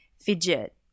fidget